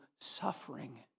suffering